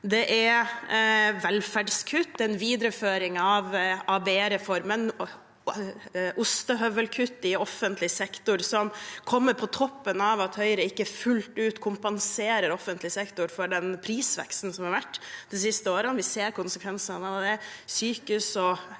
velferdskutt. Det er en videreføring av ABE-reformen og ostehøvelkutt i offentlig sektor, som kommer på toppen av at Høyre ikke fullt ut kompenserer offentlig sektor for den prisveksten som har vært de siste årene. Vi ser konsekvensene av det